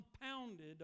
compounded